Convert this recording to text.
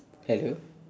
hello